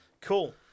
Cool